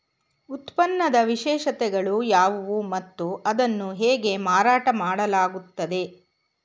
ಉತ್ಪನ್ನದ ವಿಶೇಷತೆಗಳು ಯಾವುವು ಮತ್ತು ಅದನ್ನು ಹೇಗೆ ಮಾರಾಟ ಮಾಡಲಾಗುತ್ತದೆ?